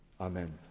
Amen